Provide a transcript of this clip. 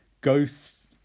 ghosts